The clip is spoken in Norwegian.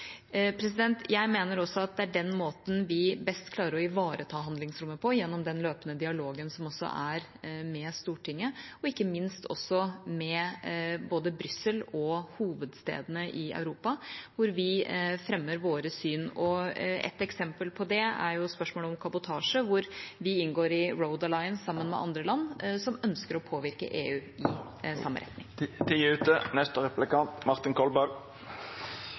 Jeg mener også at det er den måten vi best klarer å ivareta handlingsrommet på, gjennom den løpende dialogen som er med Stortinget, og ikke minst også med både Brussel og hovedstedene i Europa, hvor vi fremmer våre syn. Et eksempel på det er spørsmålet om kabotasje, hvor vi inngår i Road Alliance sammen med andre land som ønsker å påvirke EU i samme retning.